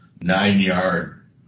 nine-yard